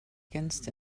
against